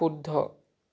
শুদ্ধ